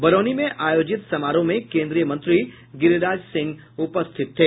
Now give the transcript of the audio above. बरौनी में आयोजित समारोह में केन्द्रीय मंत्री गिरिराज सिंह उपस्थित थे